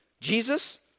Jesus